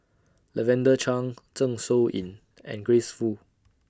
Lavender Chang Zeng Shouyin and Grace Fu